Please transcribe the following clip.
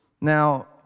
Now